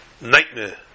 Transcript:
nightmare